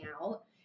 out –